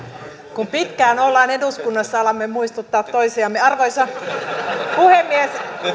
kun pitkään olemme eduskunnassa alamme muistuttaa toisiamme arvoisa puhemies